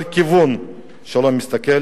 כל כיוון שאתה לא מסתכל